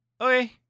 Okay